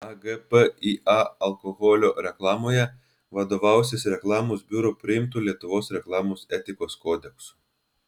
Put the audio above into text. agpįa alkoholio reklamoje vadovausis reklamos biuro priimtu lietuvos reklamos etikos kodeksu